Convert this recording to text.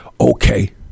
Okay